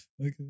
Okay